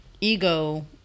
ego